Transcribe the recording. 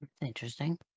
interesting